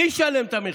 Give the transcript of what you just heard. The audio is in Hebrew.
מי ישלם את המחיר?